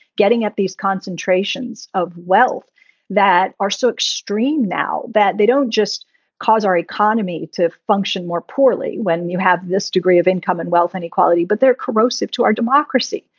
getting at these concentrations of wealth that are so extreme now that they don't just cause our economy to function more poorly when you have this degree of income and wealth inequality. but they're corrosive to our democracy.